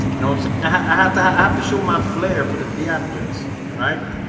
you know, i'm so i have to have to show my flair for the theatrical all right,